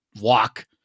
Walk